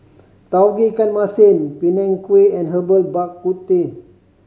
Tauge Ikan Masin Png Kueh and Herbal Bak Ku Teh